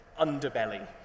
underbelly